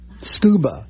SCUBA